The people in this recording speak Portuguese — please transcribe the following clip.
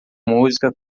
música